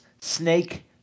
Snake